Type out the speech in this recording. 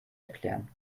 erklären